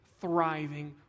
thriving